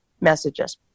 messages